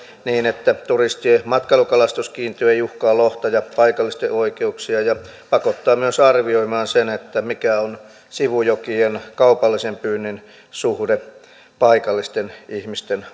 niin että turistien matkailukalastuskiintiö ei uhkaa lohta ja paikallisten oikeuksia ja pakottaa myös arvioimaan sen mikä on sivujokien kaupallisen pyynnin suhde paikallisten ihmisten